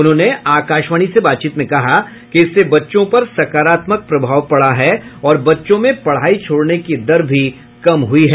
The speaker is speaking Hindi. उन्होंने आकाशवाणी से बातचीत में कहा कि इससे बच्चों पर सकारात्मक प्रभाव पड़ा है और बच्चों में पढ़ाई छोड़ने की दर भी कम हुई है